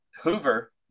Hoover